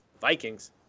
Vikings